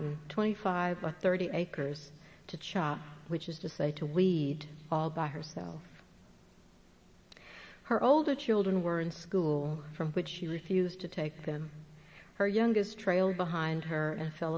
n twenty five to thirty acres to chop which is to say to weed all by herself her older children were in school from which she refused to take them her youngest trailed behind her and fell